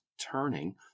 turning